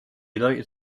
united